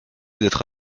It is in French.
d’être